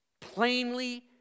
plainly